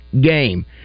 game